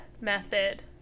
method